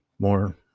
more